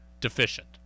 deficient